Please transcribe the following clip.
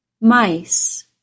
Mice